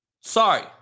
Sorry